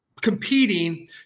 competing